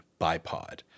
bipod